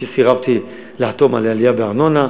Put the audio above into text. וסירבתי לחתום על עלייה בארנונה.